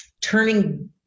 turning